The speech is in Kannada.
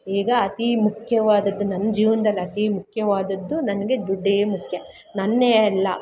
ಈಗ ಅತಿ ಮುಖ್ಯವಾದದ್ದು ನನಗೆ ದುಡ್ಡೇ ಮುಖ್ಯ ನನ್ನೇ ಎಲ್ಲ